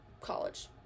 college